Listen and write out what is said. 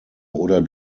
oder